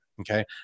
Okay